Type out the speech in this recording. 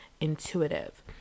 intuitive